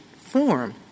form —